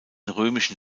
römischen